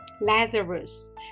lazarus